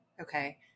Okay